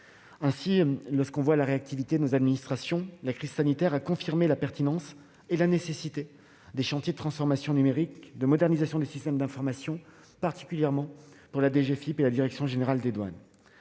aides. Cette réactivité de nos administrations durant la crise sanitaire a confirmé la pertinence et la nécessité des chantiers de transformation numérique et de modernisation des systèmes d'information, en particulier à la DGFiP et à la direction générale des douanes.